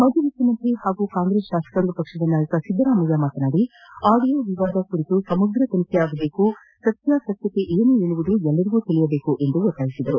ಮಾಜಿ ಮುಖ್ಯಮಂತ್ರಿ ಹಾಗೂ ಕಾಂಗ್ರೆಸ್ ಶಾಸಕಾಂಗ ಪಕ್ಷದ ನಾಯಕ ಸಿದ್ದರಾಮಯ್ಯ ಮಾತನಾಡಿ ಆಡಿಯೋ ವಿವಾದ ಕುರಿತು ಸಮಗ್ರ ತನಿಖೆ ಆಗಬೇಕು ಸತ್ನಾಸತ್ನತೆ ಏನೆಂಬುದು ಎಲ್ಲರಿಗೂ ತಿಳಿಯಬೇಕು ಎಂದು ಒತ್ತಾಯಿಸಿದರು